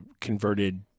converted